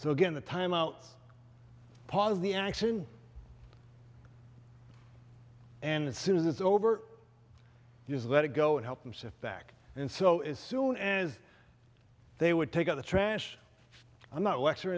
so again the timeouts pause the action and as soon as it is over you just let it go and help them sit back and so is soon as they would take out the trash i'm not